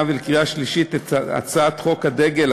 ולקריאה השלישית את הצעת חוק הדגל,